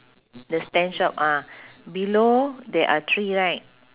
the stand shop ah below there are three right